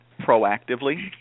proactively